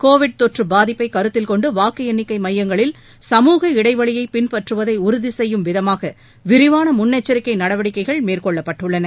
Covid தொற்று பாதிப்பை கருத்தில் கொண்டு வாக்கு எண்ணிக்கை மையங்களில் சமூக இடைவெளியை பின்பற்றுவதை உறுதி செய்யும் விதமாக விரிவாள முன்னெச்சரிக்கை நடவடிக்கைகள் மேற்கொள்ளப்பட்டுள்ளன